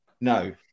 no